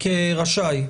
כרשאי.